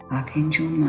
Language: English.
Archangel